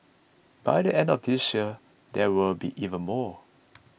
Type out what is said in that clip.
by the end of this year there will be even more